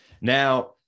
Now